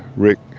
rick